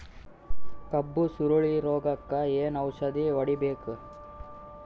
ಕಬ್ಬು ಸುರಳೀರೋಗಕ ಏನು ಔಷಧಿ ಹೋಡಿಬೇಕು?